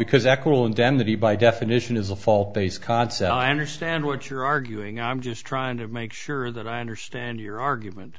he by definition is a fault based concept i understand what you're arguing i'm just trying to make sure that i understand your argument